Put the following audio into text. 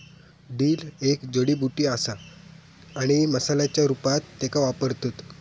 dill एक जडीबुटी असा आणि मसाल्याच्या रूपात त्येका वापरतत